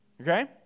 Okay